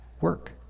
work